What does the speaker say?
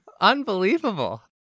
Unbelievable